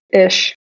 ish